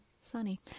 sunny